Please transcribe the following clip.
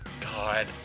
God